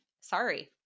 Sorry